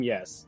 Yes